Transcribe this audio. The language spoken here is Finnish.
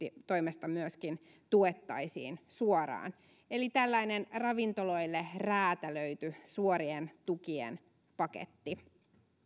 toimesta myöskin kompensoitaisiin suoraan eli tällainen ravintoloille räätälöity suorien tukien paketti